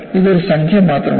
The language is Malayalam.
ഇത് ഒരു സംഖ്യ മാത്രമാണ്